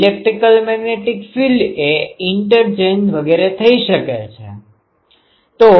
તો electrical magnetic field એ interchange વગેરે થઇ શકે છે